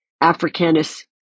Africanus